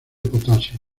potasio